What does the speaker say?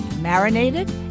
marinated